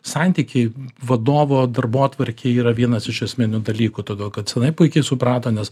santykiai vadovo darbotvarkėj yra vienas iš esminių dalykų todėl kad senai puikiai suprato nes